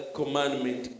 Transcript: commandment